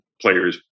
players